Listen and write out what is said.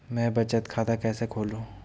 मैं बचत खाता कैसे खोलूँ?